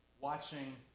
watching